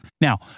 Now